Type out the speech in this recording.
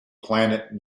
planet